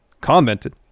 commented